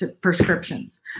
prescriptions